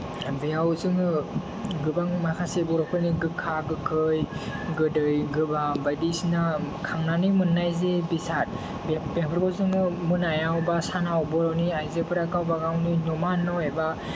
बेयाव जोङो गोबां माखासे बर'फोरनि गोखा गोखै गोदै गोबाब बायदिसिना खांनानै मोन्नाय जे बेसाद बे बेफोरखौ जोङो मोनायाव बा सानाव बर'नि आइजोफोरा गावबा गावनि नमा न' एबा